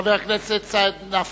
חבר הכנסת סעיד נפאע.